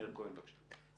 מאיר כהן, בבקשה.